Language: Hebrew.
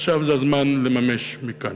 עכשיו זה הזמן לממש מכאן.